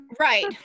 Right